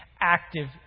active